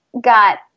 got